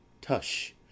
tush